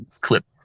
clip